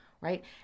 right